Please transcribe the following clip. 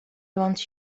want